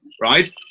right